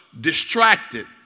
Distracted